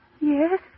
Yes